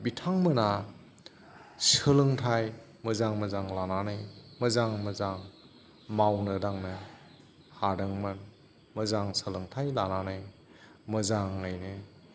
बिथांमोना सोलोंथाइ मोजां मोजां लानानै मोजां मोजां मावनो दांनो हादोंमोन मोजां सोलोंथाइ लानानै मोजाङैनो